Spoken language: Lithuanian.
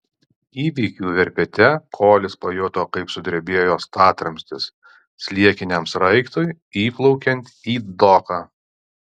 įvykių verpete kolis pajuto kaip sudrebėjo statramstis sliekiniam sraigtui įplaukiant į doką